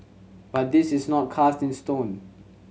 but this is not cast in stone